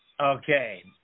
Okay